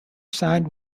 signed